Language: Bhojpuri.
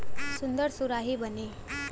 सुन्दर सुराही बनी